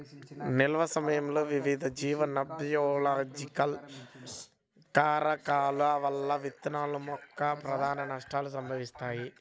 నిల్వ సమయంలో వివిధ జీవ నాన్బయోలాజికల్ కారకాల వల్ల విత్తనాల యొక్క ప్రధాన నష్టాలు సంభవిస్తాయి